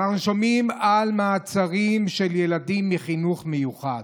אנחנו שומעים על מעצרים של ילדים מחינוך מיוחד.